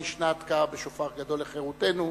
היא שנת "תקע בשופר גדול לחירותנו",